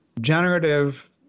generative